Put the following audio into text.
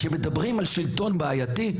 כשמדברים על שלטון בעייתי,